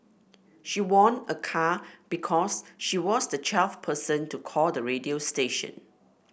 she won a car because she was the twelfth person to call the radio station